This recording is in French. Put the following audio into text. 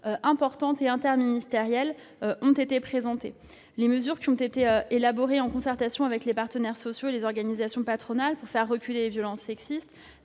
mesures interministérielles importantes ont été présentées. Les mesures élaborées en concertation avec les partenaires sociaux et les organisations patronales pour faire reculer les violences sexistes